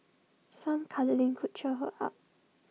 some cuddling could cheer her up